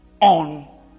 On